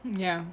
ya